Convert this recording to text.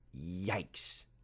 Yikes